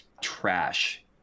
trash